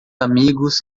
amigos